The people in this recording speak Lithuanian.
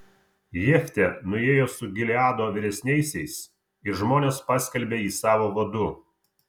jeftė nuėjo su gileado vyresniaisiais ir žmonės paskelbė jį savo vadu